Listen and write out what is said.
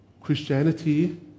Christianity